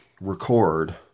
record